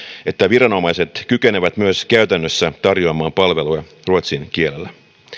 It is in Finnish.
että viranomaiset kykenevät myös käytännössä tarjoamaan palveluja ruotsin kielellä